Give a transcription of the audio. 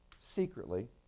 secretly